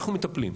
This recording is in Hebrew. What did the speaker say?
אנחנו מטפלים.